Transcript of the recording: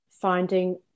finding